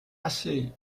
assez